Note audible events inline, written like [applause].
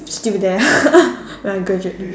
still there [laughs] when I graduate